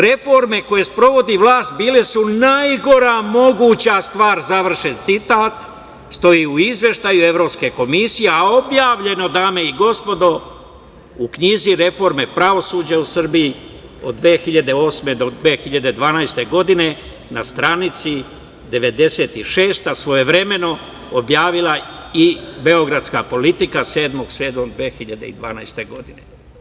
Reforme koje sprovodi vlast bile su najgora moguća stvar“, završen citat, stoji u izveštaju Evropske komisije, a objavljeno je, dame i gospodo, u knjizi „Reforme pravosuđa u Srbiji od 2008. do 2012. godine“ na stranici 96, svojevremeno objavila i beogradska „Politika“ 7.7.2012. godine.